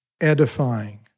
edifying